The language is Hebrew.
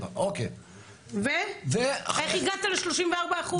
ואיך הגעת ל-34%?